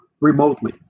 remotely